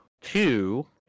Two